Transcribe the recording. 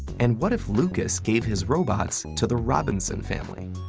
and what if lucas gave his robots to the robinsons family?